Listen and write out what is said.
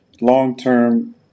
long-term